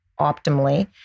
optimally